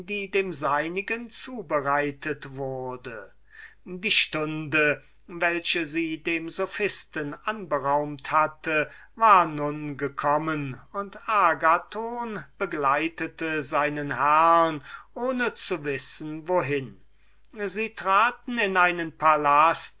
die dem seinigen zubereitet wurde endlich kam die stunde die dem hippias bestimmt worden war agathon begleitete seinen herrn ohne zu wissen wohin sie traten in einen palast